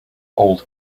old